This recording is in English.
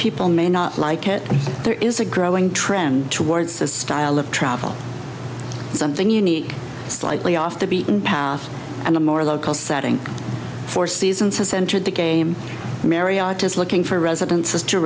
people may not like it there is a growing trend towards this style of travel something unique slightly off the beaten path and a more local setting for season six entered the game marriott is looking for residences to